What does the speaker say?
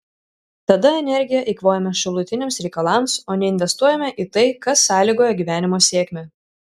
tada energiją eikvojame šalutiniams reikalams o neinvestuojame į tai kas sąlygoja gyvenimo sėkmę